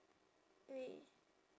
wait